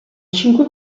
cinque